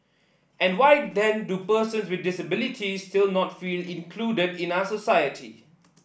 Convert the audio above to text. and why then do person with disabilities still not feel included in our society